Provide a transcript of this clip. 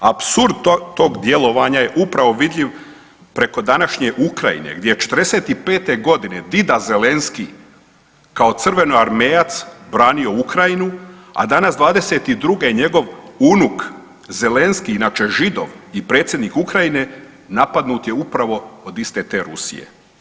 Apsurd tog djelovanja je upravo vidljiv preko današnje Ukrajine gdje '45. godine dida Zelenskij kao crvenoarmejac branio Ukrajinu, a danas '22. njegov unuk Zelenskij inače Židov i predsjednik Ukrajine napadnut je upravo od iste te Rusije.